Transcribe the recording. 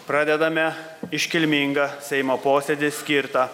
pradedame iškilmingą seimo posėdį skirtą